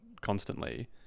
constantly